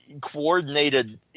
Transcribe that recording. coordinated